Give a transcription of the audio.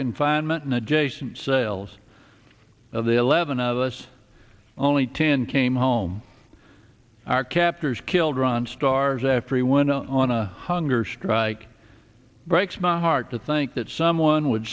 confinement an adjacent sales of the eleven of us only ten came home our captors killed ron stars after he went on a hunger strike breaks my heart to think that someone would